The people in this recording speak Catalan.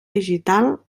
digital